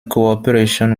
cooperation